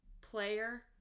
player